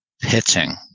Pitching